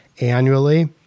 annually